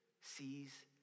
sees